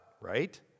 right